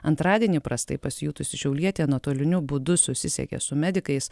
antradienį prastai pasijutusi šiaulietė nuotoliniu būdu susisiekė su medikais